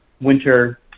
winter